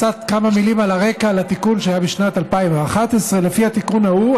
כמה מילים על הרקע לתיקון שהיה בשנת 2011. לפי התיקון ההוא,